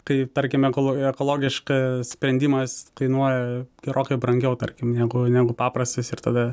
kai tarkim eko ekologiškas sprendimas kainuoja gerokai brangiau tarkim negu negu paprastas ir tada